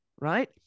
right